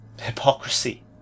hypocrisy